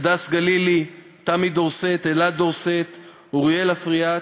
הדס גלילי, תמי דורסט, אלעד דורסט, אוריאל אפריאט.